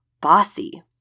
bossy